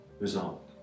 result